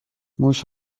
موش